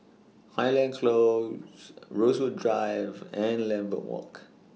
Highland Close Rosewood Drive and Lambeth Walk